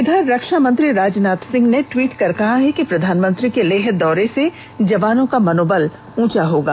इधर रक्षामंत्री राजनाथ सिंह ने द्वीट कर कहा है कि प्रधानमंत्री के लेह दौरे से जवानों का मनोबल उंचा होगा